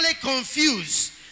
confused